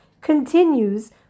continues